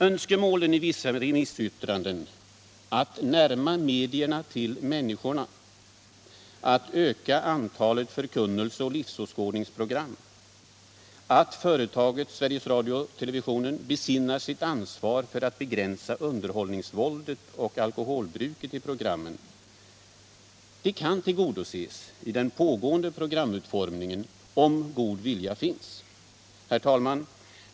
Önskemålen i vissa remissyttranden över radioutredningen att närma medierna till människorna, att öka antalet förkunnelseoch livsåskådningsprogram och att företaget Sveriges Radio/TV besinnar sitt ansvar för att begränsa underhållningsvåldet och alkoholbruket i programmen kan tillgodoses i den nuvarande programutformningen, om den goda viljan finns. Herr talman!